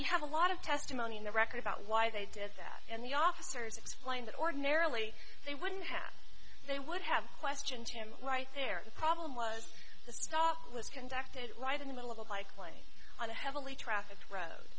you have a lot of testimony in the record about why they did that and the officers explain that ordinarily they wouldn't have they would have questioned him right there the problem was the stuff was conducted right in the middle of a bike lane on a heavily trafficked road